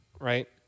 right